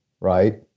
right